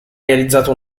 realizzato